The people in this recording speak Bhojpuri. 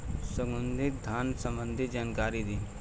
सुगंधित धान संबंधित जानकारी दी?